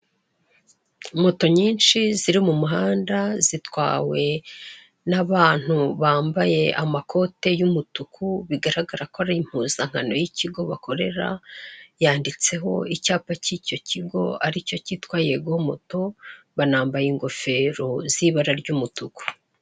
Moto nyinshi ziri mu muhanda zitwawe n'abantu bambaye amakote y'umutuku bigaragara ko ari impuzankano y'ikigo bakorera, yanditseho icyapa k'icyo kigo aricyo kitwa yegomoto banambaye ingofero z'ibara ry'umutuku.